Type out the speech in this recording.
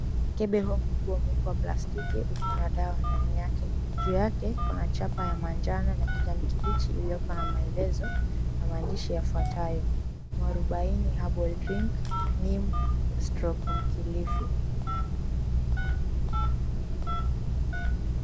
Mkebe huu mkubwa wa mweupe wa plastiki uko na dawa ndani yake. Juu yake kuna chapa ya mwanjano na kijani kibichi iliyoko na maelezo na maandishi yafuatayo. Mwarubaini Herbal Drink/Mkilifi.